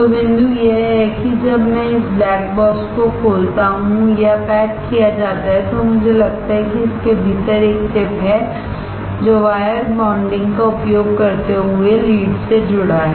तो बिंदु यह है कि जब मैं इस ब्लैक बॉक्स को खोलता हूं या पैक किया जाता है तो मुझे लगता है कि इसके भीतर एक चिप है जो वायर बॉन्डिंग का उपयोग करते हुए लीड से जुड़ा है